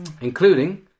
including